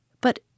But